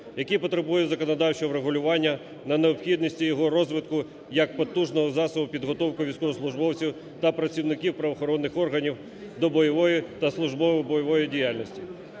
який потребує законодавчого врегулювання на необхідності його розвитку, як потужного засобу підготовки військовослужбовців та працівників правоохоронних органів до бойової та службово-бойової діяльності,